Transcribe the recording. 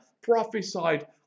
prophesied